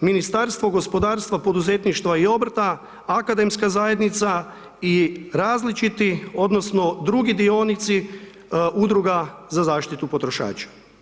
Ministarstvo gospodarstva, poduzetništva i obrta, akademska zajednica i različiti odnosno drugi dionici udruga za zaštitu potrošača.